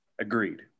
Agreed